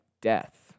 death